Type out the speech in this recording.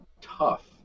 tough